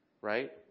Right